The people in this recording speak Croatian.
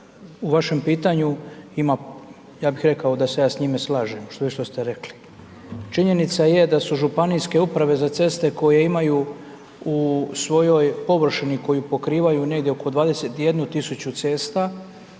u vašem pitanju ima, ja bih rekao da se ja s njime slažem, sve što ste rekli. Činjenica je da su županijske uprave za ceste koje imaju u svojoj površini koju pokrivaju negdje oko 21.000 cesta